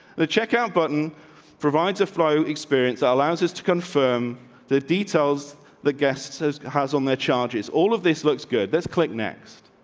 the checkout button provides a flow experience that allows us to confirm the details that guests has has on their charges. all of this looks good. that's click next.